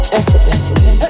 effortlessly